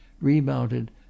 remounted